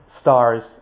stars